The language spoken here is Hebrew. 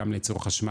גם לצורך חשמל,